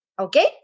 Okay